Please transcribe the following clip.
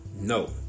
No